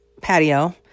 patio